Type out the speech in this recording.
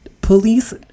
Police